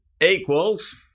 equals